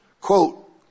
quote